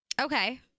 Okay